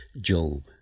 Job